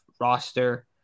roster